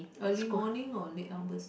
early morning or late all this